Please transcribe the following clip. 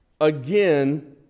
Again